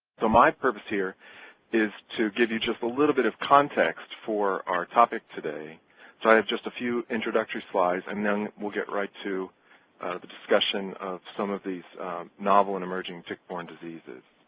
my purpose here is to give you just a little bit of context for our topic today, so i have just a few introductory slides and then we'll get right to the discussion of some of these novel and emerging tick-borne diseases.